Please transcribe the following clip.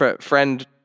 friend